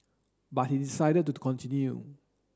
but he decided to continue